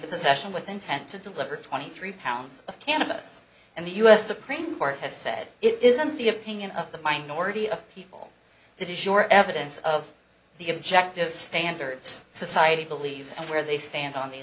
possession with intent to deliver twenty three pounds of cannabis and the us supreme court has said it isn't the opinion of the minority of people that is sure evidence of the objective standards society believes and where they stand on the